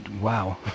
wow